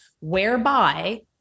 Whereby